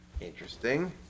Interesting